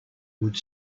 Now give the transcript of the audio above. would